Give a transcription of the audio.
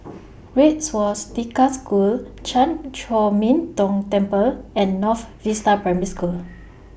Red Swastika School Chan Chor Min Tong Temple and North Vista Primary School